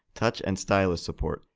touch and stylus support,